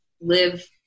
live